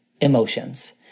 emotions